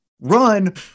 run